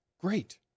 great